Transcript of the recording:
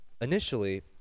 Initially